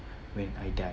when I die